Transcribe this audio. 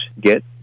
get